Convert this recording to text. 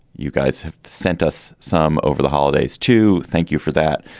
you guys have sent us some over the holidays to thank you for that.